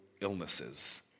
illnesses